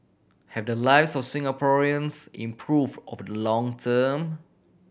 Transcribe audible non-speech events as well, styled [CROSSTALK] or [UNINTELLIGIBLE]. have the lives of Singaporeans improve over the long [UNINTELLIGIBLE]